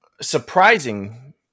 surprising